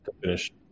finish